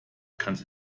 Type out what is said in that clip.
kannst